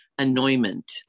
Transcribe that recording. annoyment